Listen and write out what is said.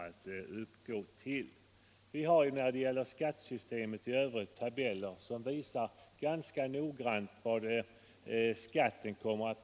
Det finns ju tabeller som ganska exakt Torsdagen den visar hur hög skatt man skall betala i olika inkomstlägen.